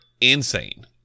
insane